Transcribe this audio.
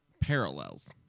parallels